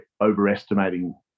overestimating